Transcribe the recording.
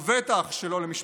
ובטח שלא למשפחתך,